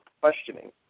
questioning